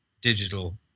digital